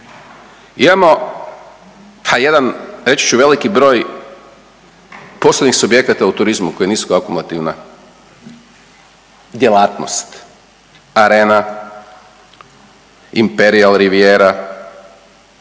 Imamo pa jedan reći ću veliki broj poslovnih subjekata u turizmu koji nisu …/Govornik se ne razumije./… djelatnost arena, Imperial riviera,